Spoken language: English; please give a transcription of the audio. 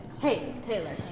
hey, taylor.